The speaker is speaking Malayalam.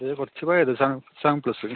ഇത് കുറച്ച് പഴയത് സെവ് സെവൻ പ്ലസ്